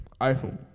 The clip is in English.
iPhone